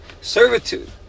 servitude